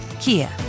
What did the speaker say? Kia